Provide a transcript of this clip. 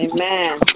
Amen